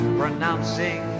pronouncing